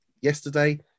yesterday